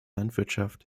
landwirtschaft